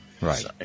Right